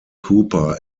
cooper